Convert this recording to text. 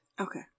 Okay